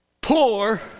poor